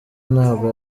ntabwo